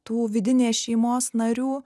tų vidinės šeimos narių